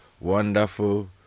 wonderful